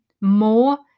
more